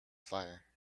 fire